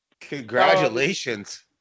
Congratulations